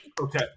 Okay